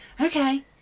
okay